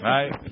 Right